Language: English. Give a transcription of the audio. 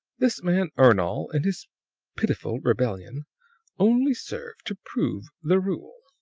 this man ernol and his pitiful rebellion only serve to prove the rule.